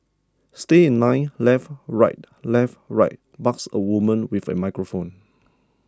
stay in line left right left right barks a woman with a microphone